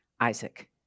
Isaac